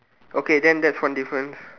okay then that's one different